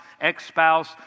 ex-spouse